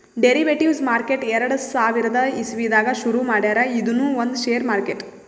derivatives market ಎರಡ ಸಾವಿರದ್ ಇಸವಿದಾಗ್ ಶುರು ಮಾಡ್ಯಾರ್ ಇದೂನು ಒಂದ್ ಷೇರ್ ಮಾರ್ಕೆಟ್